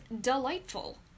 delightful